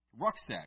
rucksack